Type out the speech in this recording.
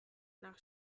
nach